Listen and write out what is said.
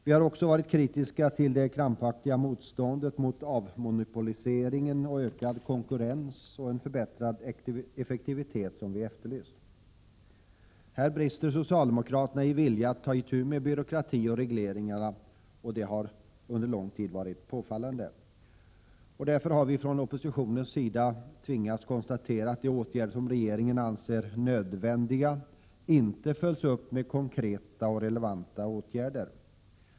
Vi har också varit kritiska till det krampaktiga motståndet mot avmonopolisering och ökad konkurrens liksom till motståndet mot den förbättrade effektivitet som vi efterlyst. Det har under lång tid varit påfallande att här brister socialdemokraternas vilja att ta itu med byråkrati och regleringar. Därför har vi från oppositionens sida tvingats konstatera att de åtgärder som regeringen anser nödvändiga inte följs upp på ett konkret och relevant sätt.